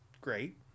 great